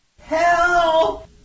Help